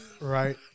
Right